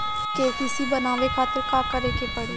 KCC बनवावे खातिर का करे के पड़ी?